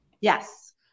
Yes